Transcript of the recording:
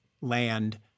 land